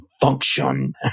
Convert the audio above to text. function